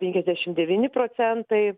penkiasdešimt devyni procentai